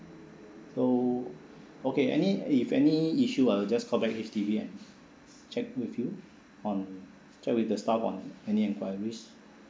so okay any if any issue I'll just call back H_D_B and check with you on check with the staff on any inquiries